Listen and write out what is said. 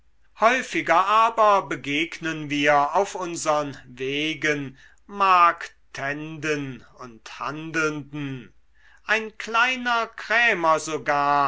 häufiger aber begegnen wir auf unsern wegen marktenden und handelnden ein kleiner krämer sogar